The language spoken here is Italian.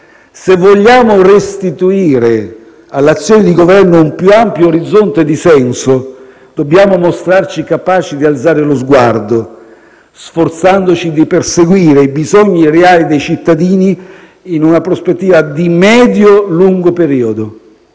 Se vogliamo restituire all'azione di Governo un più ampio orizzonte di senso, dobbiamo mostrarci capaci di alzare lo sguardo, sforzandoci di perseguire i bisogni reali dei cittadini in una prospettiva di medio-lungo periodo.